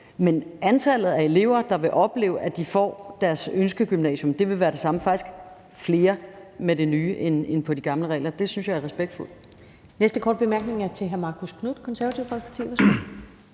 Men antallet af elever, der vil opleve, at de kommer på deres ønskegymnasium, vil være det samme – faktisk vil det være større med det nye end ud fra de gamle regler. Det synes jeg er respektfuldt.